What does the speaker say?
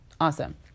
awesome